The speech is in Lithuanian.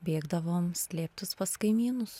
bėgdavom slėptis pas kaimynus